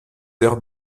aires